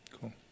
Cool